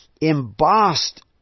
embossed